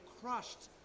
crushed